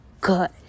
good